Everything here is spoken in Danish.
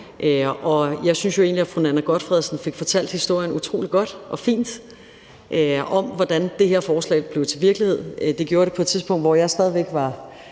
Og jeg synes jo egentlig også, at fru Nanna W. Gotfredsen fik fortalt historien utrolig godt og fint om, hvordan det her forslag blev til virkelighed. Det gjorde det på tidspunkt, hvor jeg stadig væk var